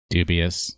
Dubious